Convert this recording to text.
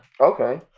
Okay